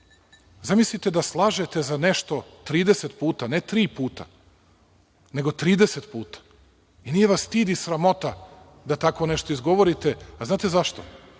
Zamislite da slažete za nešto 30 puta, ne tri puta, nego 30 puta. Nije vas stid i sramota da tako nešto izgovorite, a znate zašto?